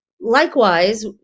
likewise